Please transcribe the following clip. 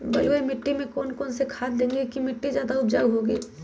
बलुई मिट्टी में कौन कौन से खाद देगें की मिट्टी ज्यादा उपजाऊ होगी?